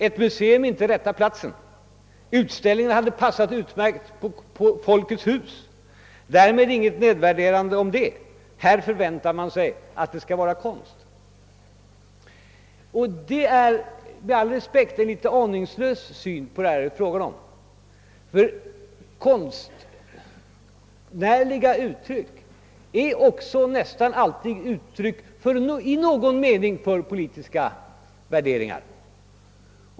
Ett museum skulle inte vara rätta platsen för den aktuella utställningen, som skulle ha passat bättre på Folkets hus — därmed inget ont sagt om detta. På museet förväntade hon sig att få se konst. Detta är, med all respekt sagt, en nåsot aningslös syn på dessa ting. Konstnärliga uttryck är nämligen också nästan alltid uttryck för i någon mening politiska värderingar.